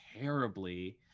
terribly